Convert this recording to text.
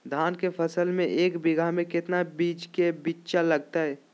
धान के फसल में एक बीघा में कितना बीज के बिचड़ा लगतय?